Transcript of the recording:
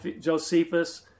Josephus